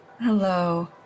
Hello